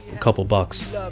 a couple bucks